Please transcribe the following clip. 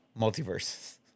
multiverses